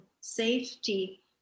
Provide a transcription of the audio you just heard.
safety